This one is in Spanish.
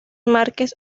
márquez